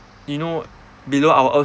you know below our earth